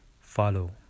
follow